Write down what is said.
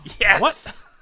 Yes